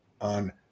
on